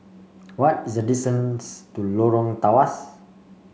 what is the to Lorong Tawas